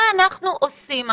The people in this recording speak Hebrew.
מה אנחנו עושים עכשיו,